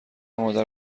مادر